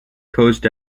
coached